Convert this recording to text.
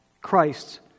Christ